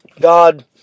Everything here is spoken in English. God